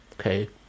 Okay